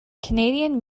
canadian